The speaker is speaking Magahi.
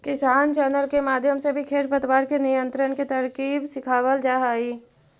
किसान चैनल के माध्यम से भी खेर पतवार के नियंत्रण के तरकीब सिखावाल जा हई